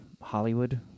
Hollywood